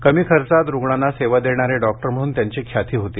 कमी खर्चात रुग्णांना सेवा देणारे डॉक्टर म्हणून त्यांची ख्याती होती